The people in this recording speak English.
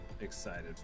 excited